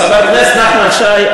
חבר הכנסת נחמן שי,